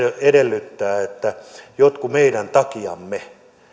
edellyttää että jotkut meidän takiamme